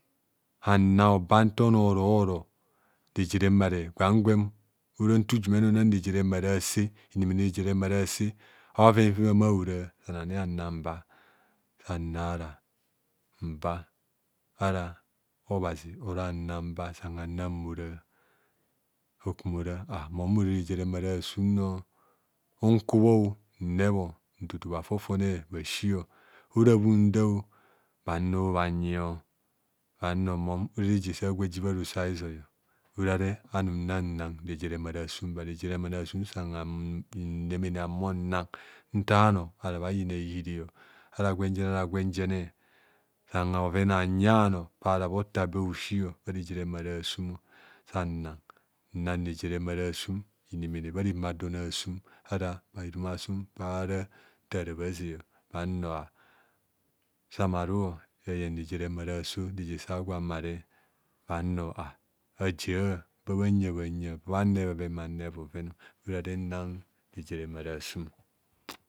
Hanang mba nta a bhanoo ara bhoro ora nta ame onang reje remare nta bhoven fem a humo bhoro san ani hanang mba sa nara mba nta obhazi oro hanang mba sa oku mo ora aa mum ani ora reje remare aasum bhasi ora bho hunda o noo unkobho nnebho nti to a fofone bhannu bhanyi o bhanno mum ora reje sa agwo aji bha roso rizoi nsang reje remare aasum ha- humo nan nta a bhanoo a bhayina hihiri ara gwenyene ara gwenjene san bhoven hanyi bhanoo fara bhotha be hosi o bha reje romane aasum bhano samara eyeng reje remane aso bhanyi samo bhano ajia bha bhanreb bhoven ora re nana reje remane aasum o